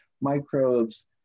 microbes